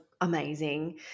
amazing